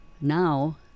now